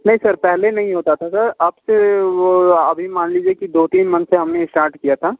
नहीं सर पहले नहीं होता था सर अब से वो अभी मान लीजिए कि दो तीन मंथ्स से हमने स्टार्ट किया था